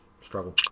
struggle